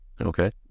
Okay